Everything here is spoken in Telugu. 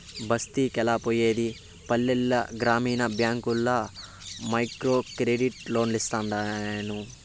బస్తికెలా పోయేది పల్లెల గ్రామీణ బ్యాంకుల్ల మైక్రోక్రెడిట్ లోన్లోస్తుంటేను